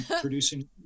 producing